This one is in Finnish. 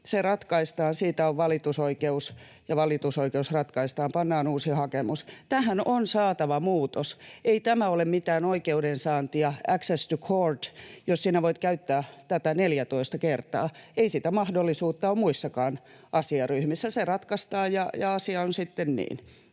se ratkaistaan, siitä on valitusoikeus, ja kun valitus ratkaistaan, pannaan uusi hakemus. Tähän on saatava muutos. Ei tämä ole mitään oikeudensaantia, access to courts, jos sinä voit käyttää tätä 14 kertaa. Ei sitä mahdollisuutta ole muissakaan asiaryhmissä. Se ratkaistaan, ja asia on sitten niin,